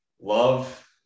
love